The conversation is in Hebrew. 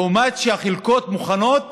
לעומת זה שהחלקות מוכנות